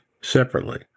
separately